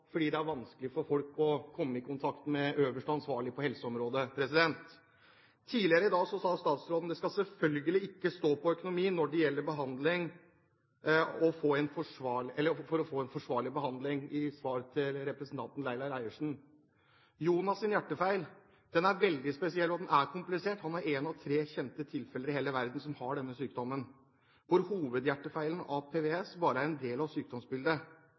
det er vanskelig for folk å komme i kontakt med øverste ansvarlige på helseområdet. Tidligere i dag sa statsråden i svaret til representanten Laila Marie Reiertsen at det skal selvfølgelig ikke stå på økonomien for å få en forsvarlig behandling. Jonas' hjertefeil er veldig spesiell, og den er komplisert. Han er en av tre kjente tilfeller i hele verden som har denne sykdommen, og hovedhjertefeilen, APVS, er bare en del av sykdomsbildet.